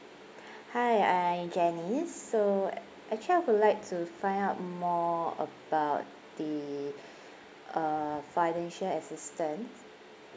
hi I'm janice so uh actually I would like to find out more about the uh financial assistance